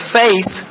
faith